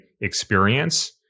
experience